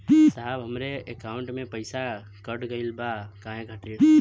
साहब हमरे एकाउंट से पैसाकट गईल बा काहे खातिर?